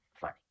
funny